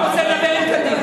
אני רוצה לדבר עם קדימה.